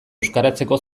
euskaratzeko